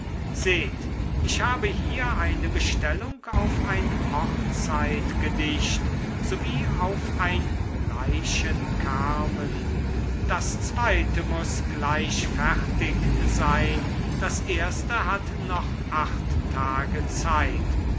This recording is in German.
seht ich habe hier eine bestellung auf ein hochzeitgedicht sowie auf ein leichenkarmen das zweite muß gleich fertig sein das erste hat noch acht tage zeit